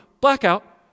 blackout